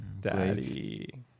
Daddy